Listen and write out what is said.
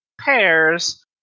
pairs